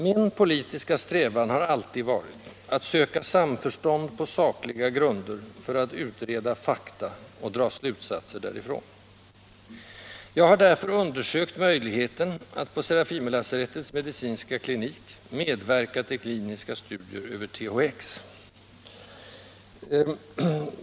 Min politiska strävan har alltid varit att söka samförstånd på sakliga grunder, för att utreda fakta och dra slutsatser därifrån. Jag har därför undersökt möjligheten att på Serafimerlasarettets medicinska klinik medverka till kliniska studier över THX.